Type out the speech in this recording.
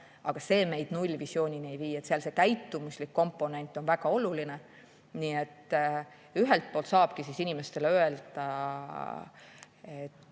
aga see meid nullvisioonini ei vii. Seal see käitumuslik komponent on väga oluline. Nii et ühelt poolt saabki inimestele öelda, et